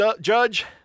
Judge